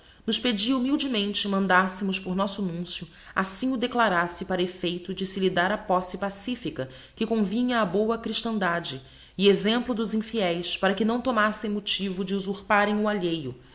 nos pedia humildemente mandassemos por nosso nuncio assim o declarasse para effeito de se lhe dar a posse pacifica que convinha á boa christandade e exemplo dos infieis para que não tomassem motivo de uzurparem o alheio